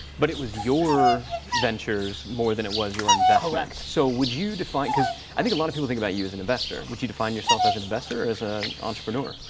but it was your ventures more than it was your investments. so would you define, because i think a lot of people think like about you as an investor. would you define yourself as an investor or as a entrepreneur?